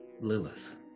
Lilith